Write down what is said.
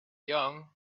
young